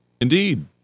Indeed